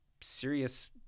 serious